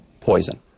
poison